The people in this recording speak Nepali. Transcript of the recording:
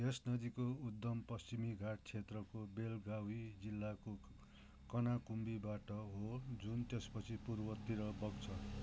यस नदीको उद्गम पश्चिमी घाट क्षेत्रको बेलगावी जिल्लाको कनाकुम्बीबाट हो जुन त्यसपछि पूर्वतिर बग्छ